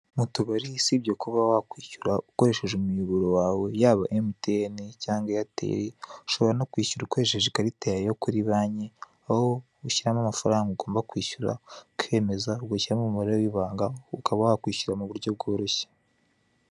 Mutubara usibye kuba ukaba ukoresheje umuyoboro wawe yaba MTN cyangwa eyateli ushobora no kwishyura ukoresheje ikarita yawe yo kuri banki aho ushyiramo amafaranga ugomba kwishyura ukemeza ugashyiramo umubare w'ibanga ukaba wakwishyura mu buryo bworoshye.